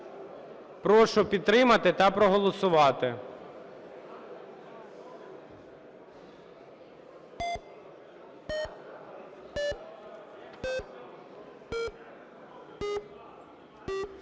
Прошу підтримати та проголосувати.